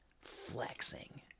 flexing